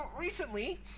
recently